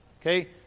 Okay